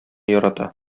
ярата